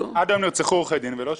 עד היום נרצחו עורכי דין ולא שופטים.